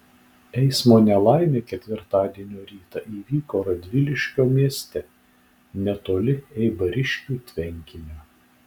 eismo nelaimė ketvirtadienio rytą įvyko radviliškio mieste netoli eibariškių tvenkinio